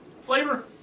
Flavor